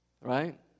right